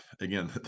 again